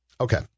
Okay